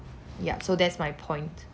yup so that's my point